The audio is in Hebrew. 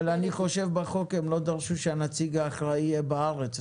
אבל אני חושב שבחוק הם לא דרשו שהנציג האחראי יהיה בארץ,